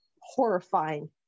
horrifying